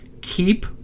keep